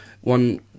one